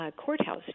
courthouse